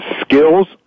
skills